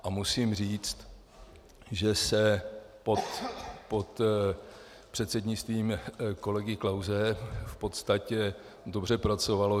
A musím říct, že se pod předsednictvím kolegy Klause v podstatě dobře pracovalo.